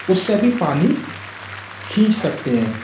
उससे भी पानी खींच सकते हैं